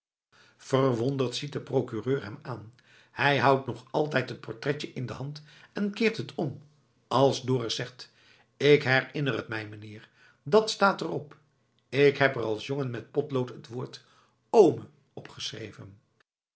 verwonderd ziet de procureur hem aan hij houdt nog altijd het portretje in de hand en keert het om als dorus zegt k herinner t mij meneer dat staat er op ik heb er als jongen met potlood t woord oome